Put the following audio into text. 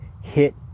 hit